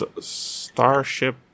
Starship